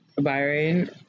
Byron